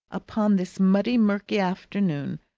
upon this muddy, murky afternoon,